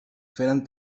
feren